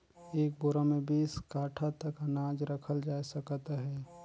एक बोरा मे बीस काठा तक अनाज रखल जाए सकत अहे